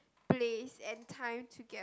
place and time to get